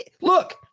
Look